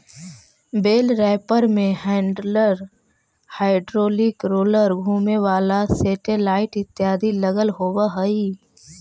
बेल wrapper में handler, hydraulic roller, घुमें वाला सेटेलाइट इत्यादि लगल होवऽ हई